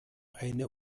eine